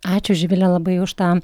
ačiū živile labai už tą